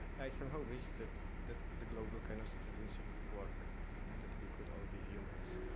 i somehow wish that the the global kind of citizenship would work and that we could all be humans.